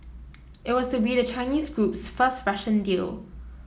it was to be the Chinese group's first Russian deal